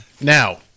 now